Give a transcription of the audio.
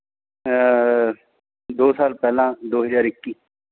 ਦੋ ਸਾਲ ਪਹਿਲਾਂ ਦੋ ਹਜ਼ਾਰ ਇੱਕੀ